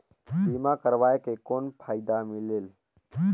बीमा करवाय के कौन फाइदा मिलेल?